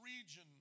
region